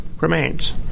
remains